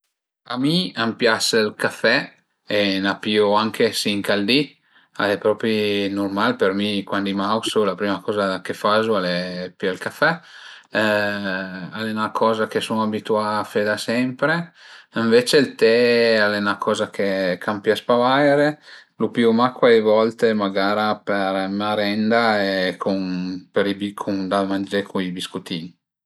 A mi a m'pias ël café e ën piu anche sinc al di, al e propi nurmal për mi cuandi m'ausu la prima coza che fazu al e pìè ël café. Al e 'na coza che sun abituà a fe da sempre, ënvece ël te al e 'na coza ch'a m'pias pa vaire, lu pìu mach cuai volte magara per marenda e cun da mangé cun i biscutin